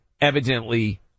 evidently